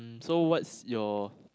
so what's your